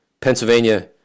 pennsylvania